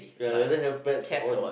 ya I rather have pets on